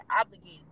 obligated